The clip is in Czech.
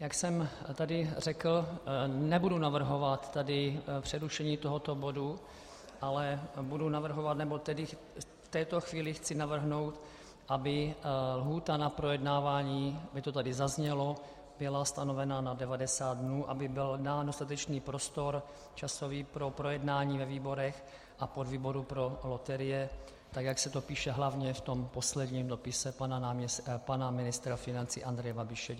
jak jsem tady řekl, nebudu navrhovat tady přerušení toho bodu, ale budu navrhovat, nebo tedy v této chvíli chci navrhnout, aby lhůta na projednávání, aby to tady zaznělo, byla stanovena na 90 dnů, aby byl dán dostatečný prostor časový pro projednání ve výborech a podvýboru pro loterie, tak jak se to píše hlavně v tom posledním dopise pana ministra financí Andreje Babiše.